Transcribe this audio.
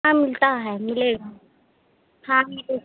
का मिलता है मिलेगा हाँ मिलेगा